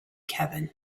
kevin